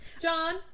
John